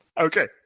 Okay